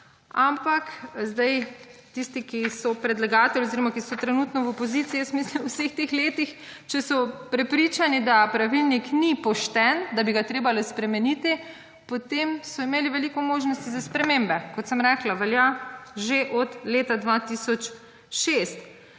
zdaj, tisti, ki so predlagatelji oziroma ki so trenutno v opoziciji, jaz mislim, v vseh teh letih, če so prepričani, da pravilnik ni pošten, da bi ga treba bilo spremeniti, potem so imeli veliko možnosti za spremembe. Kot sem rekla, velja že od leta 2006.